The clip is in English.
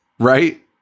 Right